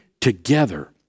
together